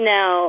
Now